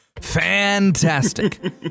Fantastic